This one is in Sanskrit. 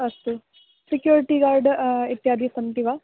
अस्तु सेक्युरिटि गार्ड् इत्यादि सन्ति वा